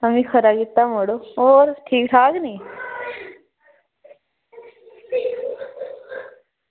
एह् खरा कीता मड़ो होर ठीक ठाक नी